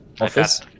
office